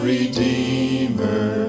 Redeemer